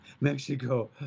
Mexico